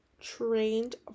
trained